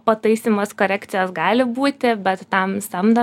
pataisymas korekcijos gali būti bet tam samdom